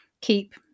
keep